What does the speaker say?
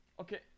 Okay